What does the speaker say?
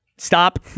Stop